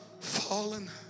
fallen